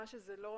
שזה יכול